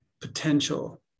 potential